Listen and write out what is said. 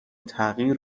تغییر